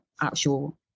actual